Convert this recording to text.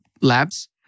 labs